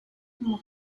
como